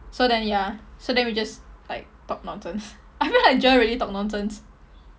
so then ya so then we just like talk nonsense I feel like GER really talk nonsense